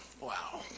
Wow